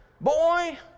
boy